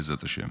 בעזרת השם.